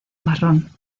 marrón